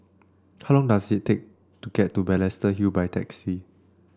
how long does it take to get to Balestier Hill by taxi